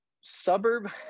suburb